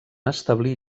establir